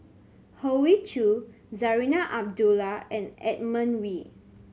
Hoey Choo Zarinah Abdullah and Edmund Wee